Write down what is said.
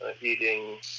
eating